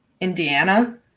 Indiana